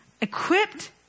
equipped